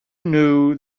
knew